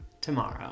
tomorrow